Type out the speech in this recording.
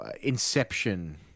inception